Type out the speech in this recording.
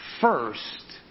first